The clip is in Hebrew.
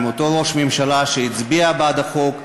עם אותו ראש ממשלה שהצביע בעד החוק.